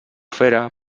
fera